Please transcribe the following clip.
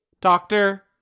Doctor